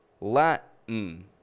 Latin